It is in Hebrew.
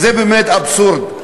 זה באמת אבסורד.